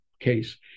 case